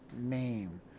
name